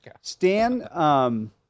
Stan